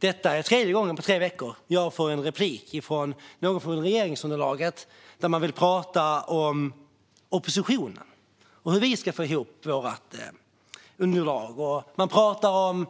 Detta är tredje gången på tre veckor som jag får en replik av någon från regeringsunderlaget där man vill prata om oppositionen, hur vi ska få ihop vårt underlag och ifall